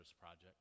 Project